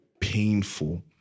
painful